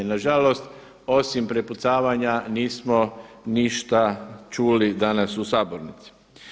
Nažalost, osim prepucavanja nismo ništa čuli danas u sabornici.